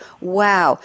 Wow